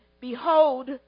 Behold